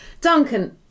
Duncan